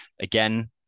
Again